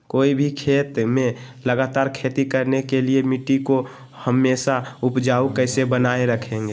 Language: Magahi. कोई भी खेत में लगातार खेती करने के लिए मिट्टी को हमेसा उपजाऊ कैसे बनाय रखेंगे?